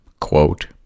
quote